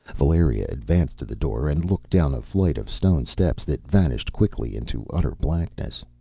valeria advanced to the door and looked down a flight of stone steps that vanished quickly into utter blackness.